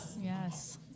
Yes